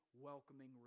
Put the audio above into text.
welcoming